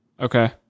Okay